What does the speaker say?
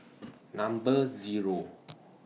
Number Zero